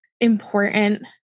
important